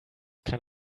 kind